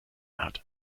hat